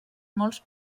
molts